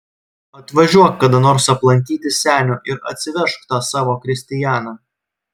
atvažiuok kada nors aplankyti senio ir atsivežk tą savo kristianą